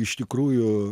iš tikrųjų